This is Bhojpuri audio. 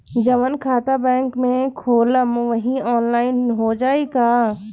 जवन खाता बैंक में खोलम वही आनलाइन हो जाई का?